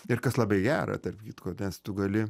ir kas labai gera tarp kitko nes tu gali